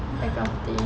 or crafting